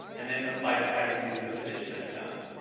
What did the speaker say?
and then apply the pattern to the position that it found.